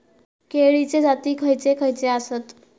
केळीचे जाती खयचे खयचे आसत?